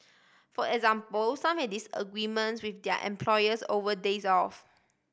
for example some have disagreements with their employers over days off